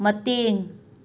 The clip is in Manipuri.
ꯃꯇꯦꯡ